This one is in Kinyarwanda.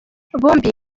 bombi